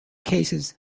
cases